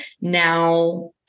now